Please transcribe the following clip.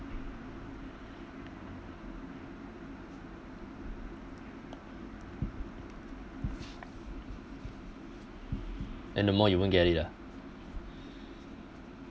and the more you won't get it ah